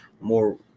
more